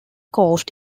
coast